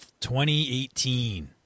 2018